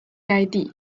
该地